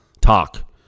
talk